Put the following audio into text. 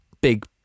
big